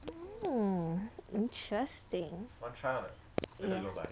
hmm interesting ya